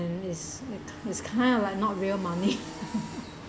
is is kind of like not real money